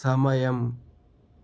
సమయం